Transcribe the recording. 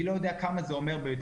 אני לא יודע כמה זה אומר בתחנות.